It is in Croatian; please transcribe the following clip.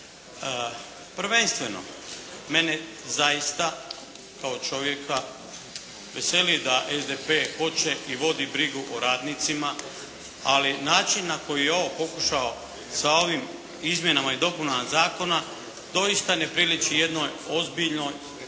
Prvenstveno, mene zaista, kao čovjeka veseli da SDP hoće i vodi brigu o radnicima, ali način na koji je ovo pokušao, sa ovim Izmjenama i dopunama zakona doista ne priliči jednoj ozbiljnoj,